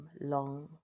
long